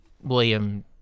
William